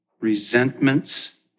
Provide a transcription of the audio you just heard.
resentments